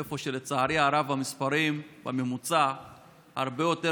איפה שלצערי הרב המספרים בממוצע הרבה יותר